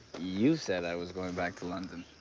you said i was going back to london.